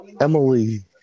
Emily